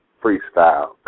freestyle